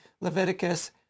Leviticus